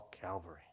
Calvary